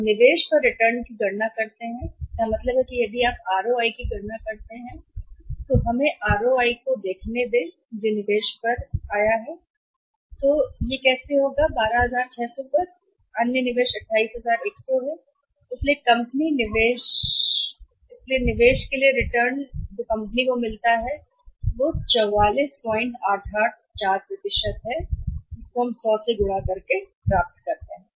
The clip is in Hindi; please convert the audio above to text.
अब निवेश पर रिटर्न की गणना करते हैं इसका मतलब है कि यदि आप आरओआई की गणना करते हैं तो हमें आरओआई को देखने दें जो निवेश पर लौटा है कि कैसे होगा लाभ के बाद 12600 है और अन्य निवेश 28100 है इसलिए निवेश के लिए रिटर्न कंपनी कितनी है यदि आप इसकी गणना करते हैं तो यह 44884 के रूप में 100 से गुणा करता है